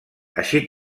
així